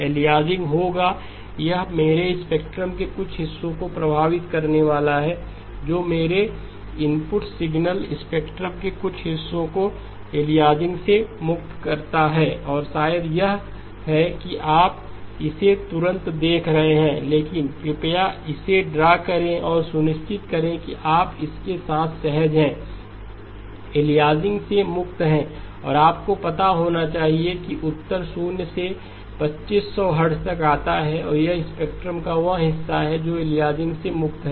aliasing होगा यह मेरे स्पेक्ट्रम के कुछ हिस्सों को प्रभावित करने वाला है जो मेरे इनपुट सिग्नल स्पेक्ट्रम के कुछ हिस्सों को अलियासिंग से मुक्त करता है और शायद यह है कि आप इसे तुरंत देख रहे हैं लेकिन कृपया इसे ड्रा करें और सुनिश्चित करें कि आप इसके साथ सहज हैं अलियासिंग से मुक्त है और आपको पता होना चाहिए कि उत्तर शून्य से 2500 हर्ट्ज तक आता है यह स्पेक्ट्रम का वह हिस्सा है जो अलियासिंग से मुक्त है